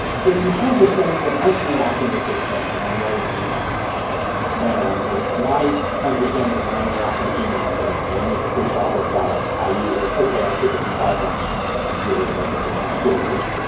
that you have the sense that i'm interacting with this thing and i'm writing the email and my understanding of my interaction with gmail is like, they make a free software product, i use it, okay. i kick them five bucks a year, whatever, for some storage.